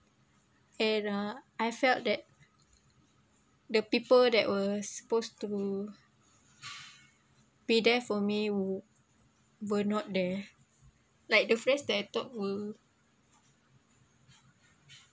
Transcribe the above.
and uh I felt that the people that were supposed to be there for me w~ were not there like the friends that I thought will